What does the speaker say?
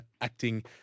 Acting